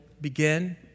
begin